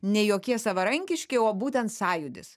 ne jokie savarankiški o būtent sąjūdis